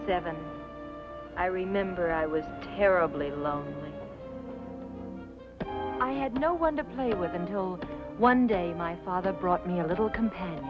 seven i remember i was terribly lonely i had no one to play with until one day my father brought me a little compa